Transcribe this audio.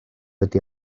ydy